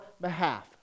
behalf